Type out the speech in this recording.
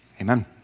Amen